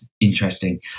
interesting